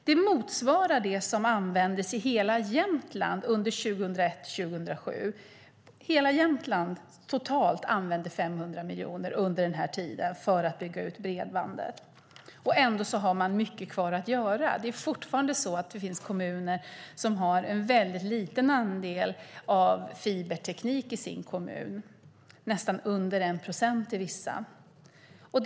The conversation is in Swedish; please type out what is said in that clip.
Det motsvarar det som användes i hela Jämtland under åren 2001-2007. Hela Jämtland använde totalt 500 miljoner under den här tiden för att bygga ut bredbandet, och ändå finns det mycket kvar att göra. Det finns fortfarande kommuner som har en mycket liten andel fiberteknik. Det är nästan under 1 procent i vissa kommuner.